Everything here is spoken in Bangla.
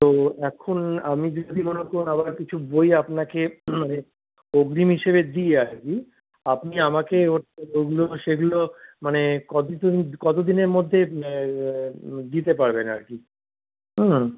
তো এখন আমি যদি মনে করুন আবার কিছু বই আপনাকে মানে অগ্রিম হিসেবে দিই আর কি আপনি আমাকে ওগুলো সেগুলো মানে কত দিনে কত দিনের মধ্যে দিতে পারবেন আর কী হুম